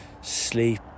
sleep